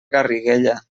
garriguella